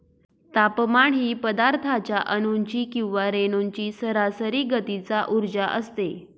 तापमान ही पदार्थाच्या अणूंची किंवा रेणूंची सरासरी गतीचा उर्जा असते